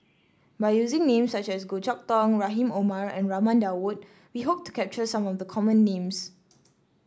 by using names such as Goh Chok Tong Rahim Omar and Raman Daud we hope to capture some of the common names